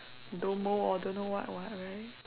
domo or don't what what right